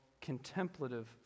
contemplative